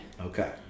Okay